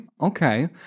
okay